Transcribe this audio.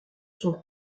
sont